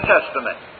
Testament